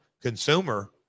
consumer